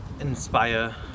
inspire